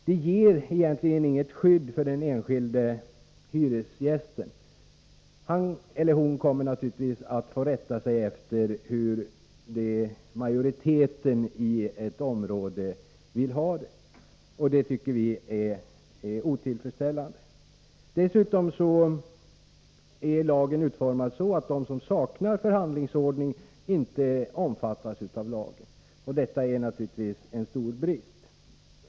Den ger egentligen inget skydd för den enskilde hyresgästen. Han eller hon kommer naturligtvis att få rätta sig efter hur majoriteten i ett bostadsområde vill ha det, och det tycker vi är otillfredsställande. Dessutom är lagen utformad så, att de som saknar förhandlingsordning inte omfattas av lagen. Detta är naturligtvis en stor brist.